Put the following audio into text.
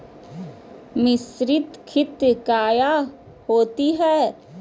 मिसरीत खित काया होती है?